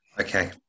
Okay